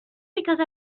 because